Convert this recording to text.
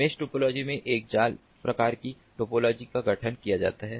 मेष टोपोलॉजी में एक जाल प्रकार की टोपोलॉजी का गठन किया जाता है